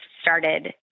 started